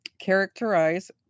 characterize